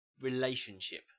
relationship